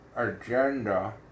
agenda